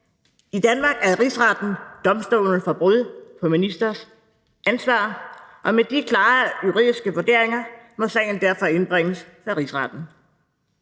I Danmark er Rigsretten domstolen for brud på ministres ansvar, og med de klare juridiske vurderinger må sagen derfor indbringes for Rigsretten.